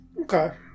Okay